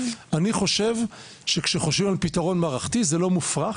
אני חושב שכשחושבים על פתרון מערכתי זה לא מופרך